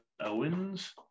Owens